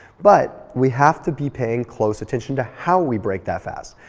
but we have to be paying close attention to how we break that fast.